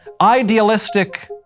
idealistic